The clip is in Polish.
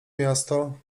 miasto